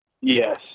Yes